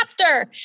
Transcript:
chapter